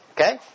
Okay